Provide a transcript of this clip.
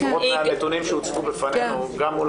לפחות מהנתונים שהוצגו בפנינו גם מול